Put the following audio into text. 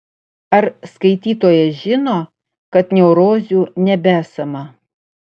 ar skaitytojas žino kad neurozių nebesama